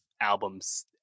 albums